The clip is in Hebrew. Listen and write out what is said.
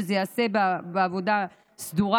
שזה ייעשה בעבודה סדורה,